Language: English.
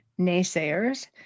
naysayers